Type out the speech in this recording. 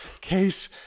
case